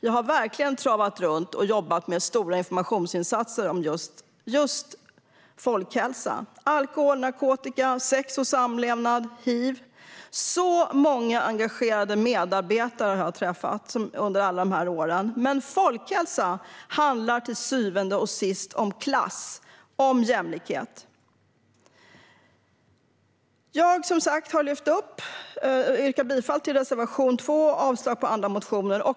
Jag har verkligen travat runt och jobbat med stora informationsinsatser om just folkhälsa, alkohol, narkotika, sex och samlevnad, hiv. Jag har träffat så många engagerade medarbetare under alla dessa år. Men folkhälsa handlar till syvende och sist om klass - om jämlikhet. Jag yrkar som sagt bifall till reservation 2 och avslag på motionerna.